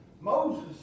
Moses